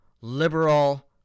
liberal